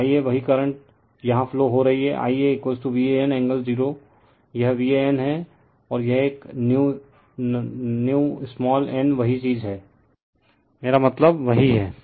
तो Ia वही current यहाँ फ्लो हो रही है IaVAN एंगल 0 यह VAN है और यह एक न्यू स्माल n वही चीज़ है मेरा मतलब वही है